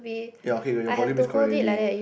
ya okay your volume is correct already